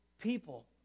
people